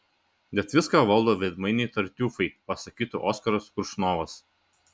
bet viską valdo veidmainiai tartiufai pasakytų oskaras koršunovas